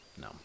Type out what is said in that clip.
No